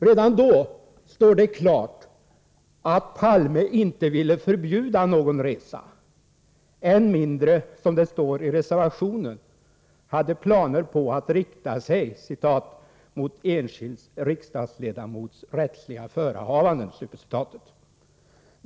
Redan då stod det klart att Olof Palme inte ville förbjuda någon resa — än mindre hade planer på åtgärder som, som det står i reservationen, ”riktar sig mot en enskild riksdagsledamots helt rättsenliga förehavanden”.